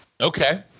Okay